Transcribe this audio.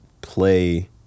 play